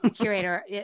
curator